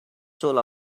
soul